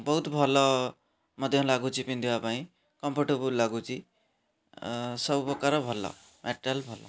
ବହୁତ ଭଲ ମଧ୍ୟ ଲାଗୁଛି ପିନ୍ଧିବା ପାଇଁ କମ୍ଫର୍ଟେବଲ୍ ଲାଗୁଛି ସବୁ ପ୍ରକାର ଭଲ ମ୍ୟାଟରିଆଲ୍ ଭଲ